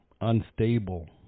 unstable